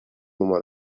moment